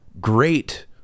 great